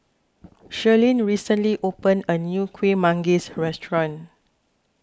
Shirleen recently opened a new Kueh Manggis restaurant